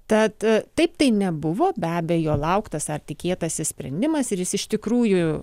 tad taip tai nebuvo be abejo lauktas ar tikėtasi sprendimas ir jis iš tikrųjų